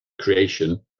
creation